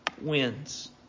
wins